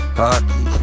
hockey